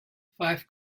fife